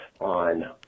On